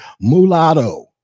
mulatto